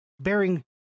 bearing